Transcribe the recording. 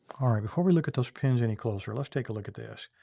all right, before we look at those pins any closer, let's take a look at this.